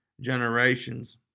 generations